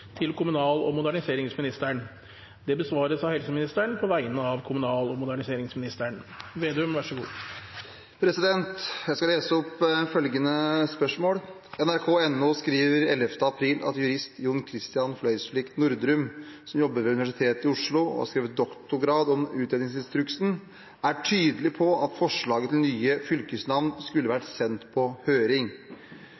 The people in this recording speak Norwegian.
til kommunal- og moderniseringsministeren, vil bli besvart av helseministeren på vegne av kommunal- og moderniseringsministeren, som er bortreist. «NRK.no skriver 11. april at jurist Jon Christian Fløysvik Nordrum, som jobber ved Universitetet i Oslo og har skrevet doktorgrad om utredningsinstruksen, er tydelig på at forslaget til nye fylkesnavn skulle